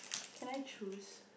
can I choose